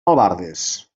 albardes